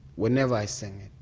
whenever i sing it,